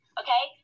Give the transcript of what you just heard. okay